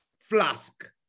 flask